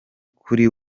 kuri